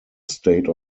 state